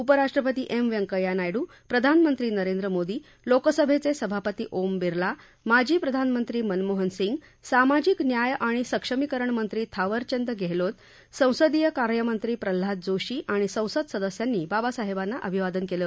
उपराष्ट्रपती एम व्यंकय्या नायडू प्रधानमंत्री नरेंद्र मोदी लोकसभेचे सभापती ओम बिर्ला माजी प्रधानमंत्री मनमोहन सिंग सामाजिक न्याय आणि सक्षमीकरण मंत्री थावरचंद गेहलोत संसदीय कार्यमंत्री प्रल्हाद जोशी आणि संसद सदस्यांनी बाबासाहेबांना अभिवादन केलं